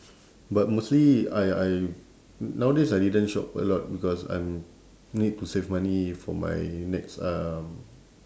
but mostly I I nowadays I didn't shop a lot because I'm need to save money for my next um